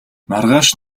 маргааш